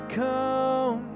come